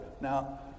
Now